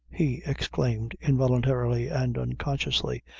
he exclaimed, involuntarily and unconsciously,